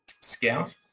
Scout